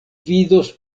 vidos